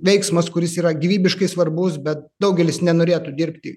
veiksmas kuris yra gyvybiškai svarbus bet daugelis nenorėtų dirbti